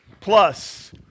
plus